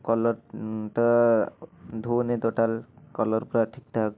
କଲର୍ଟା ଧୋଉନି total collar ପୁରା ଠିକ୍ ଠାକ୍